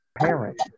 parent